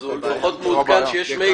אז הוא לפחות מעודכן שיש מיילים.